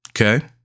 okay